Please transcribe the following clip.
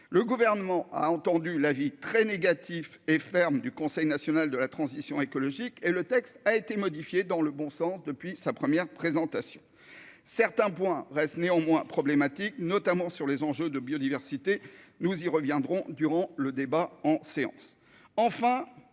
le gouvernement a entendu l'avis très négatifs et ferme du Conseil national de la transition écologique et le texte a été modifiée dans le bon sens depuis sa première présentation certains points reste néanmoins problématique, notamment sur les enjeux de biodiversité, nous y reviendrons durant le débat en séance,